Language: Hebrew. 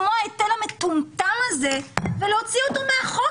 כמו ההיטל המטומטם הזה ולהוציא אותו מהחוק,